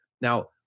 Now